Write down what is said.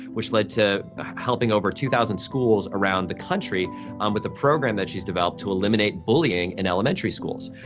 which lead to helping over two thousand schools around the country um with the program that she's developed to eliminate bullying in elementary schools.